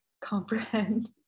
comprehend